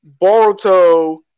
Boruto